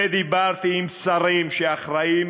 ודיברתי עם שרים שאחראים